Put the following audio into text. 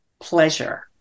pleasure